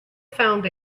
found